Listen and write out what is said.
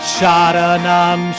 Sharanam